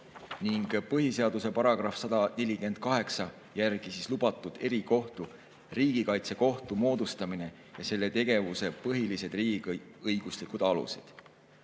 ning põhiseaduse § 148 järgi lubatud erikohtu, Riigikaitsekohtu moodustamine ja selle tegevuse põhilised riigiõiguslikud alused.